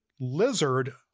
lizard